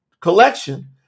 collection